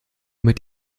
mit